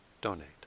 donate